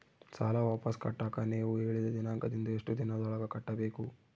ಸಾಲ ವಾಪಸ್ ಕಟ್ಟಕ ನೇವು ಹೇಳಿದ ದಿನಾಂಕದಿಂದ ಎಷ್ಟು ದಿನದೊಳಗ ಕಟ್ಟಬೇಕು?